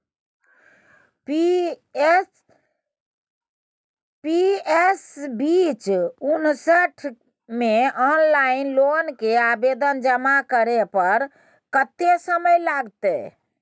PS बीच उनसठ म ऑनलाइन लोन के आवेदन जमा करै पर कत्ते समय लगतै?